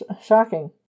shocking